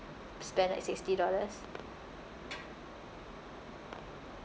spend like sixty dollars